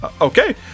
okay